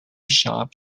sharp